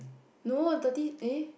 no dirty eh